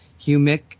humic